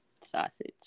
Sausage